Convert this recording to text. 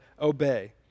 obey